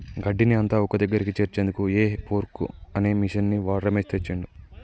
గడ్డిని అంత ఒక్కదగ్గరికి చేర్చేందుకు హే ఫోర్క్ అనే మిషిన్ని రమేష్ తెచ్చిండు